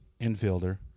infielder